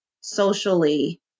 socially